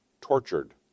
tortured